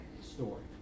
story